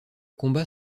combat